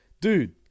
Dude